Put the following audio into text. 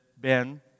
Ben